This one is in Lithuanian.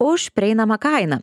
už prieinamą kainą